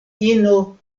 ino